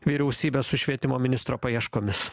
vyriausybė su švietimo ministro paieškomis